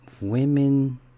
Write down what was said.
Women